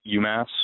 UMass